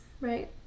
right